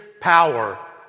power